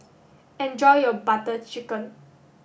enjoy your Butter Chicken